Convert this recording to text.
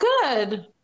good